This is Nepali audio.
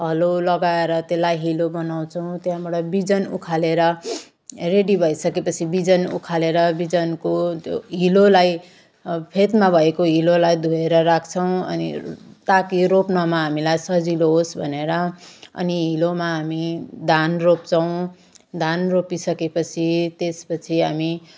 हलो लगाएर त्यसलाई हिलो बनाउँछौँ त्यहाँबाट बिजन उखालेर रेडी भइसकेपछि बिजन उखालेर बिजनको त्यो हिलोलाई फेदमा भएको हिलोलाई धोएर राख्छौँ अनि ताकि रोप्नमा हामीलाई सजिलो होस् भनेर अनि हिलोमा हामी धान रोप्छौँ धान रोपिसकेपछि त्यसपछि हामी